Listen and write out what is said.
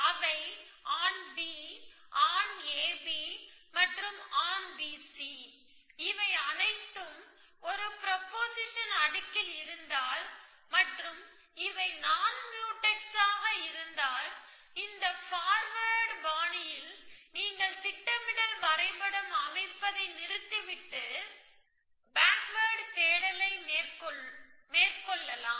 அவை on B on A B மற்றும் on B C இவை அனைத்தும் ஒரு ப்ரொபொசிஷன் அடுக்கில் இருந்தால் மற்றும் இவை நான் முயூடெக்ஸ் ஆக இருந்தால் இந்த ஃபார்வேர்டு பாணியில் திட்டமிடல் வரைபடம் அமைப்பதை நிறுத்திவிட்டு ஃபாக்வேர்டு தேடலை மேற்கொள்வோம்